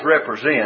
represent